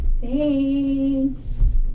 Thanks